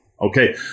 Okay